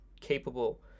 capable